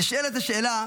נשאלת השאלה,